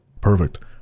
Perfect